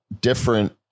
different